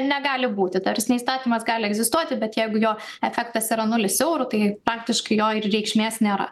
negali būti ta prasme įstatymas gali egzistuoti bet jeigu jo efektas yra nulis eurų tai faktiškai jo ir reikšmės nėra